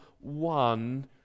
one